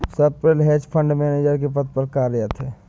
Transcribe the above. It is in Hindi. स्वप्निल हेज फंड मैनेजर के पद पर कार्यरत है